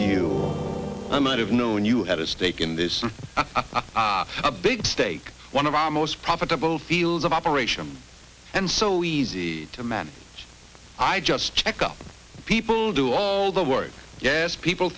you might have known you had a stake in this a big stake one of our most profitable fields of operation and so easy to man i just check up people do all the work yes people